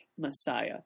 Messiah